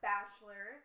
Bachelor